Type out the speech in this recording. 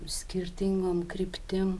skirtingom kryptim